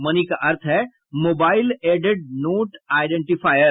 money का अर्थ है मोबाइल एडेड नोट आइडेंटीफायर